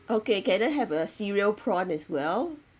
okay can I have a cereal prawn as well